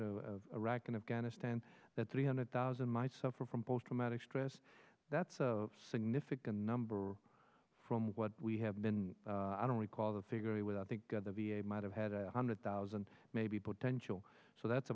to iraq and afghanistan that three hundred thousand might suffer from post traumatic stress that's a significant number from what we have been i don't recall the figure with i think the v a might have had a hundred thousand maybe potential so that's